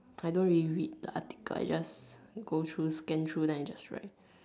I don't really read the article I just scan through and then I write